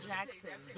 Jackson